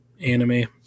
anime